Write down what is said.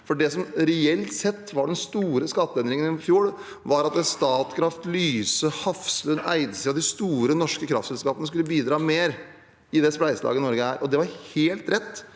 Det som reelt sett var den store skatteendringen i fjor, var at Statkraft, Lyse, Hafslund og Eidsiva – de store norske kraftselskapene – skulle bidra mer i det spleiselaget Norge er. Det var også helt rett,